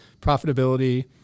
profitability